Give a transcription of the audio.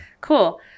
Cool